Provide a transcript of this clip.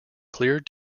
cleared